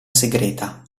segreta